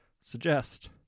Suggest